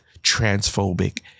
transphobic